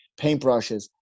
paintbrushes